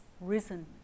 risen